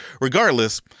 regardless